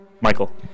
Michael